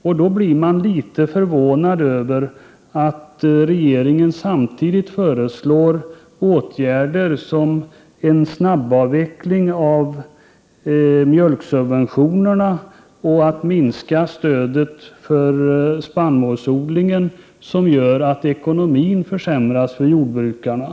Därför blir man litet förvånad över att regeringen samtidigt föreslår åtgärder, t.ex. en snabbavveckling av mjölksubventionerna och en minskning av stödet till spannmålsodling, som leder till att jordbrukarnas ekonomi försämras.